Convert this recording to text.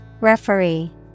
Referee